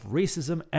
racism